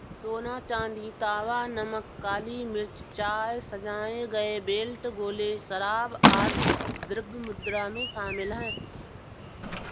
सोना, चांदी, तांबा, नमक, काली मिर्च, चाय, सजाए गए बेल्ट, गोले, शराब, आदि द्रव्य मुद्रा में शामिल हैं